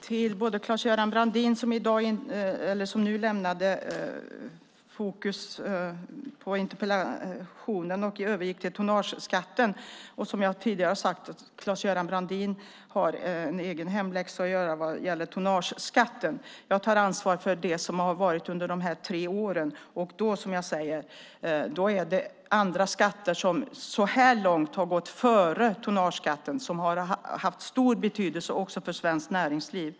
Herr talman! Claes-Göran Brandin lämnade fokus på interpellationen och övergick till tonnageskatten. Som jag tidigare har sagt har Claes-Göran Brandin en egen hemläxa att göra vad gäller tonnageskatten. Jag tar ansvar för det som har varit under de här tre åren. Då är det andra skatter som så här långt har gått före tonnageskatten och som har haft stor betydelse för svenskt näringsliv.